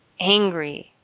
angry